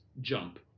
jump